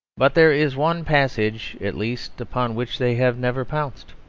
but there is one passage at least upon which they have never pounced,